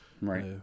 Right